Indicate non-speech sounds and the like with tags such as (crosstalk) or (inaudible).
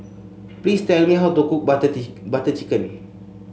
please tell me how to cook Butter (unintelligible) Butter Chicken